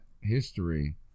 history